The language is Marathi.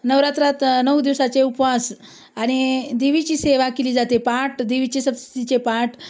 नवरात्रात नऊ दिवसाचे उपवास आणि देवीची सेवा केली जाते पाट देवीचे सबसितीचे पाट